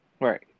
Right